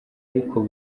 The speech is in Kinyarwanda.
ariko